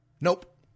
Nope